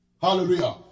Hallelujah